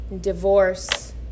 divorce